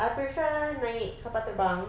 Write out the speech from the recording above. I prefer naik kapal terbang